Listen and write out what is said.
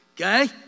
okay